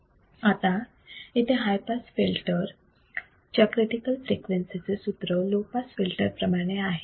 आता इथे high pass RC filter च्या क्रिटिकल फ्रिक्वेन्सी चे सूत्र लो पास फिल्टर प्रमाणे आहे